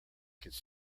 could